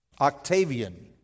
Octavian